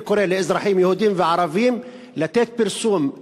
אני קורא לאזרחים יהודים וערבים לתת פרסום.